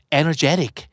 energetic